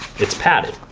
it's padded.